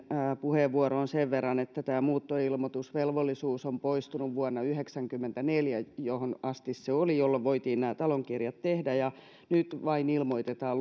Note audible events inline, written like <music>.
puheenvuoroon sen verran että tämä muuttoilmoitusvelvollisuus on poistunut vuonna yhdeksänkymmentäneljä johon asti se oli jolloin voitiin nämä talonkirjat tehdä nyt vain ilmoitetaan <unintelligible>